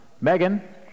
megan